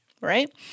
Right